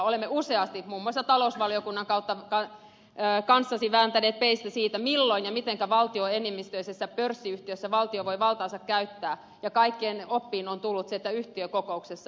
olemme useasti muun muassa talousvaliokunnan kautta kanssanne vääntäneet peistä siitä milloin ja miten valtioenemmistöisessä pörssiyhtiössä valtio voi valtaansa käyttää ja kaikkien oppiin on tullut se että yhtiökokouksessa